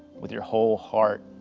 with your whole heart.